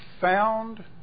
found